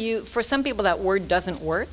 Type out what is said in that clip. you for some people that word doesn't work